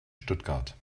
stuttgart